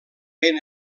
ben